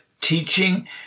teaching